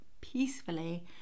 peacefully